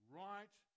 right